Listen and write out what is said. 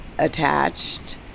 Attached